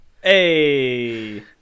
Hey